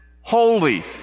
holy